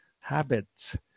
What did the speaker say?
habits